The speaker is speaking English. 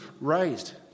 raised